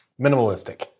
minimalistic